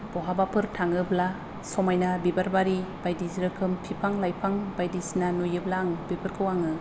बहाबाफोर थाङोब्ला समायना बिबार बारि बायदि रोखोम बिफां लाइफां बायदिसिना नुयोब्ला आं बेफोरखौ आङो